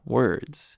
words